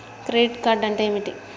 Credit card అంటే ఏమిటి?